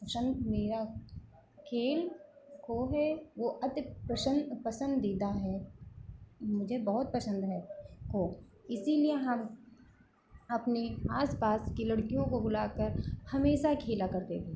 पसंद मेरा खेल खो है वह अति प्रशन्न पसंदीदा है मुझे बहुत पसंद है खो इसीलिए हम अपने आस पास की लड़कियों को बुलाकर हमेशा खेला करते थे